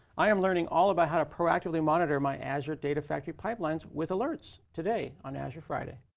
i am learning all about how to proactively monitor my azure data factory pipelines with alerts, today, on azure friday.